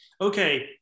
okay